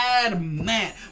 Man